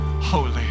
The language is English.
holy